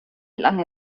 lange